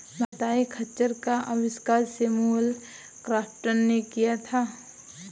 कताई खच्चर का आविष्कार सैमुअल क्रॉम्पटन ने किया था